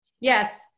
Yes